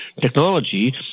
technology